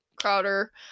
Crowder